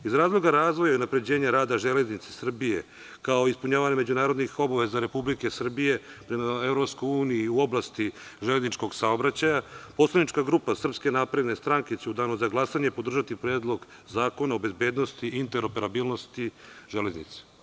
Iz razloga razvoja i unapređenja rada „Železnice Srbije“, kao i ispunjavanje međunarodnih obaveza Republike Srbije prema EU u oblasti železničkog saobraćaja, poslanička grupa SNS će u danu za glasanje podržati Predlog zakona o bezbednosti i interoperabilnosti železnice.